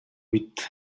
үед